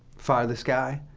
fire this guy,